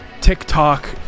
TikTok